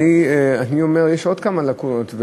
אני אומר שיש עוד כמה ליקויים,